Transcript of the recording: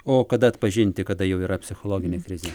o kada atpažinti kada jau yra psichologinė krizė